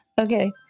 Okay